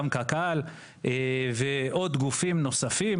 גם קק"ל ועוד גופים נוספים.